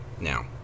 now